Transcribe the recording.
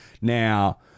Now